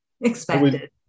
expected